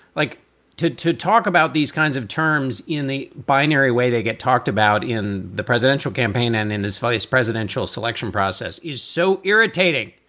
like to to talk about these kinds of terms in the binary way they get talked about in the presidential campaign and in this vice presidential selection process is so irritating